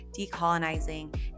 decolonizing